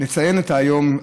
לציין את היום,